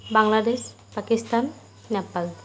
Bangladesh Pakistan Nepal